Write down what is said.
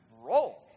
roll